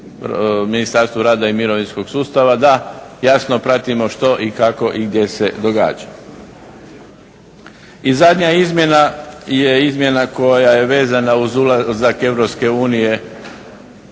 Ministarstvu rada i mirovinskog sustava da jasno pratimo što i kako i gdje se događa. I zadnja izmjena je izmjena koja je vezana uz ulazak